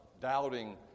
doubting